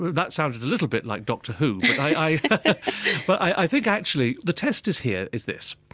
that sounded a little bit like doctor who. but i but i think actually the test is here, is this,